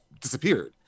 disappeared